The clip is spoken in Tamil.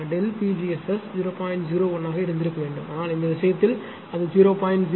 01 ஆக இருந்திருக்க வேண்டும் ஆனால் இந்த விஷயத்தில் அது 0